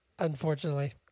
unfortunately